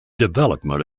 development